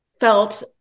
felt